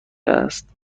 است